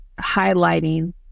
highlighting